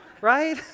right